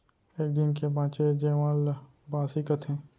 एक दिन के बांचे जेवन ल बासी कथें